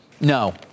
No